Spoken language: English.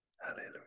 Hallelujah